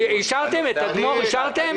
את הדיון אישרתם?